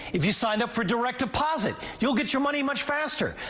if you signed up for direct deposit, you'll get your money much faster.